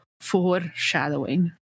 foreshadowing